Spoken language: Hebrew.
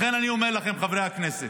לכן אני אומר לכם, חברי הכנסת,